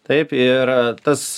taip ir tas